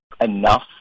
enough